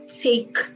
take